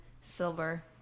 silver